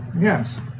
Yes